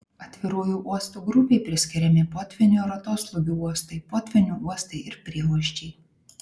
atvirųjų uostų grupei priskiriami potvynių ir atoslūgių uostai potvynių uostai ir prieuosčiai